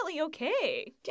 okay